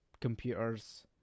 computers